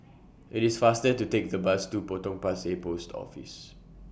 IT IS faster to Take The Bus to Potong Pasir Post Office